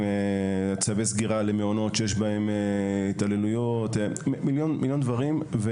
כמו צווי סגירה למעונות שיש בהם ההתעללויות ועוד המון דברים.